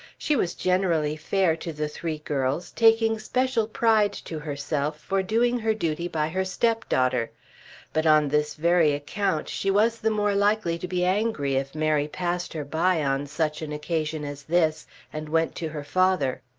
she was generally fair to the three girls, taking special pride to herself for doing her duty by her stepdaughter but on this very account she was the more likely to be angry if mary passed her by on such an occasion as this and went to her father.